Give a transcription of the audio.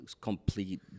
complete